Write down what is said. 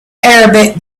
arabic